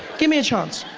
give me a chance.